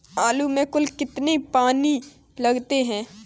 आलू में कुल कितने पानी लगते हैं?